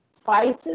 spices